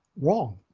wrong